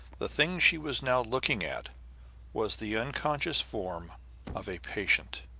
the thing she was now looking at was the unconscious form of a patient